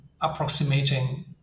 approximating